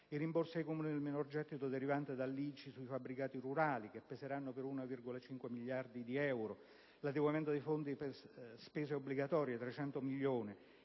i rimborsi ai Comuni per il minor gettito derivante dall'ICI sui fabbricati rurali che peseranno per 1,5 miliardi di euro, l'adeguamento dei fondi per spese obbligatorie per 300 milioni